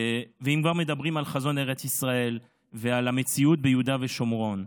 ואם כבר מדברים על חזון ארץ ישראל ועל המציאות ביהודה ושומרון,